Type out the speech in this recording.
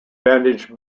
bandage